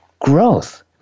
growth